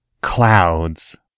Clouds